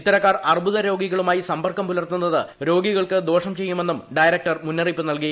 ഇത്തരക്കാർ അർബുദ രോഗികളുമായി സമ്പർക്കം പുലർത്തുന്നത് രോഗികൾക്ക് ദോഷം ചെയ്യുമെന്നും ഡയറക്ടർ മുന്നറിയിപ്പ് നൽകി